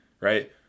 right